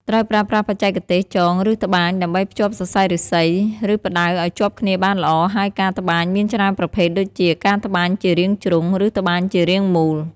ត្រូវប្រើប្រាស់បច្ចេកទេស ចង ឬ ត្បាញ ដើម្បីភ្ជាប់សរសៃឫស្សី ឬផ្តៅឲ្យជាប់គ្នាបានល្អ ហើយការត្បាញមានច្រើនប្រភេទ ដូចជា ការត្បាញជារាងជ្រុង ឬត្បាញជារាងមូល។